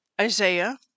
Isaiah